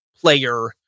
player